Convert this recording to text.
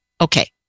Okay